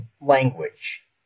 language